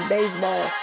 Baseball